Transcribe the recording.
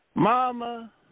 Mama